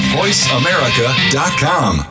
voiceamerica.com